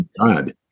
God